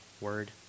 Word